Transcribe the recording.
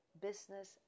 business